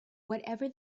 whatever